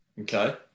Okay